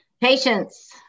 Patience